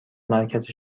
مرکز